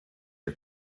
are